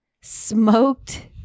smoked